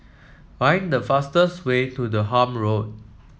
find the fastest way to Durham Road